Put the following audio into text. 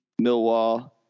Millwall